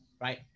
right